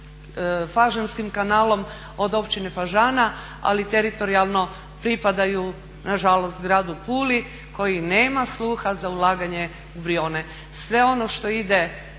Fažanskim kanalom od općine Fažana, ali teritorijalno pripadaju na žalost gradu Puli koji nema sluha za ulaganje u Brijone. Sve ono što ide